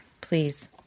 please